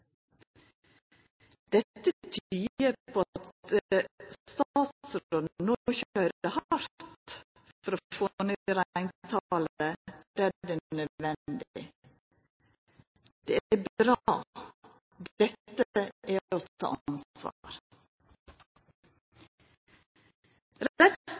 Dette tyder på at statsråden no køyrer hardt på for å få ned reintalet der det er nødvendig. Det er bra. Dette er